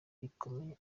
bikomeye